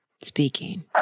speaking